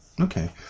Okay